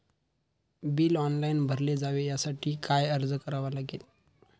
Bill online भरले जावे यासाठी काय अर्ज करावा लागेल?